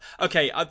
Okay